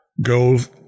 goes